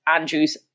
Andrew's